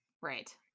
right